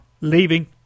leaving